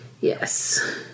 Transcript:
Yes